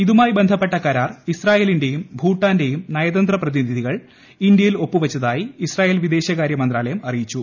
ഇതുമായി ബന്ധപ്പെട്ട കരാർ ഇസ്രായേലിന്റെയും ഭൂട്ടാന്റെയും നയതന്ത്ര പ്രതിനിധികൾ ഇന്ത്യയിൽ ഒപ്പുവച്ചതായി ഇസ്രായേൽ വിദേശകാര്യ മന്ത്രാലയം അറിയിച്ചു